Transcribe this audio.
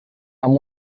amb